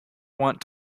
want